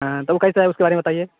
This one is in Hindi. हाँ तो वह कैसा है उसके बारे में बताइए